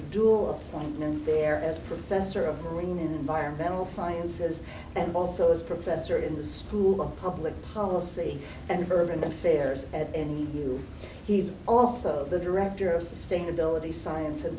marine environmental sciences and also is professor in the school of public policy and urban affairs at any new he's also the director of sustainability science and